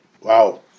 Wow